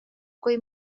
kui